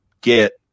get